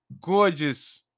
gorgeous